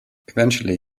eventually